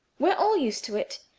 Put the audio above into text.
we're all used to it,